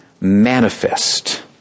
manifest